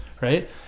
right